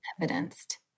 evidenced